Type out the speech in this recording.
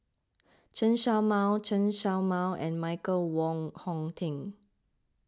Chen Show Mao Chen Show Mao and Michael Wong Hong Teng